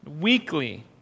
weekly